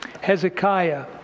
Hezekiah